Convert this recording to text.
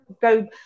go